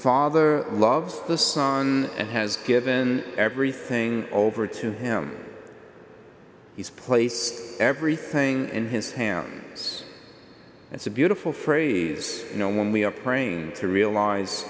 father loves the son and has given everything over to him he's placed everything in his hands as a beautiful phrase you know when we are praying to realize